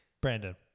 Brandon